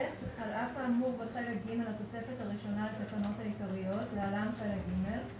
על אף האמור בחלק ג' לתוספת הראשונה לתקנות העיקריות (להלן חלק ג'),